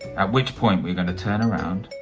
at which point we're gonna turn around,